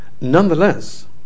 Nonetheless